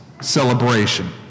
celebration